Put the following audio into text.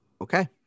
Okay